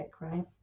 right